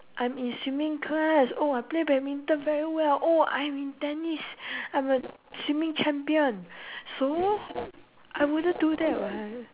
I'm in swimming class oh I play badminton very well oh I'm in tennis I'm a swimming champion so I wouldn't do that [what]